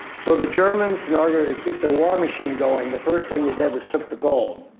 so the germans in order to keep the war machine going, the first thing they did was took the gold.